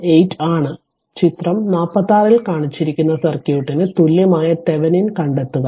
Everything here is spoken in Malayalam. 18 ആണ് ചിത്രം 46 ൽ കാണിച്ചിരിക്കുന്ന സർക്യൂട്ടിന് തുല്യമായ തെവെനിൻ കണ്ടെത്തുക